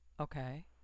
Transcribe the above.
Okay